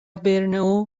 برنئو